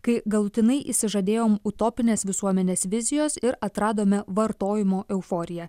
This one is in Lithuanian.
kai galutinai išsižadėjom utopinės visuomenės vizijos ir atradome vartojimo euforiją